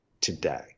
today